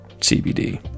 CBD